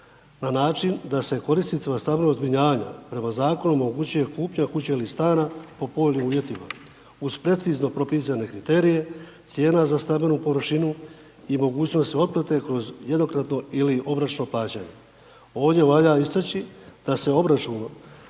na način, da se korisnicima stanova zbrinjavanja, prema zakonu omogućuje kupnja kuće ili stane po povoljnim uvjetima, uz precizno propisane kriterije, cijena za stambenu površinu i mogućnost otplate, kroz jednokratno ili obročno plaćanje. Ovdje valja istači da se obračunom